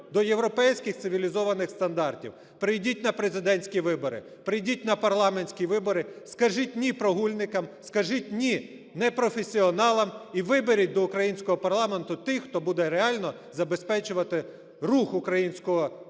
до європейських цивілізованих стандартів. Прийдіть на президентські вибори, прийдіть на парламентські вибори, скажіть "ні" прогульникам, скажіть "ні" непрофесіоналам, і виберіть до українського парламенту тих, хто буде реально забезпечувати рух українського народу,